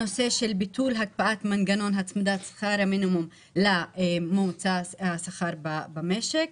הנושא של ביטול הקפאת מנגנון שכר המינימום לממוצע השכר במשק.